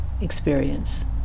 experience